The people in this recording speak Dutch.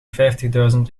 vijftigduizend